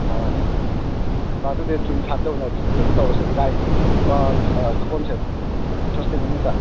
ꯑꯣ ꯑꯥ ꯑꯗꯨꯗꯤ ꯖꯨꯟ ꯐꯥꯏꯕꯇ ꯑꯣꯏꯅ ꯀꯩꯅꯣ ꯇꯧꯔꯁꯦ ꯏꯔꯥꯏ ꯁꯒꯣꯜꯁꯦꯜ ꯊꯔ꯭ꯁꯗꯦ ꯅꯨꯃꯤꯠꯇ